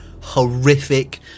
horrific